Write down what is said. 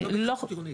בהתחדשות עירונית.